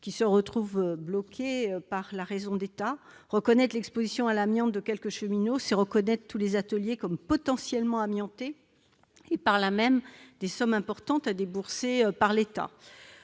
qui sont bloqués par la raison d'État. En effet, reconnaître l'exposition à l'amiante de quelques cheminots, c'est reconnaître tous les ateliers comme potentiellement amiantés, avec le risque de sommes importantes à débourser par l'État.